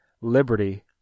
liberty